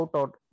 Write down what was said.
out